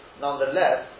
Nonetheless